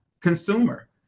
consumer